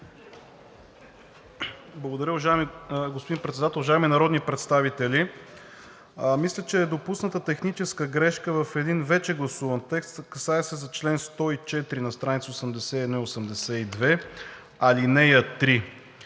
Благодаря, господин Председател. Уважаеми народни представители! Мисля, че е допусната техническа грешка в един вече гласуван текст. Касае се за чл. 104 – на страница 81 и 82, ал. 3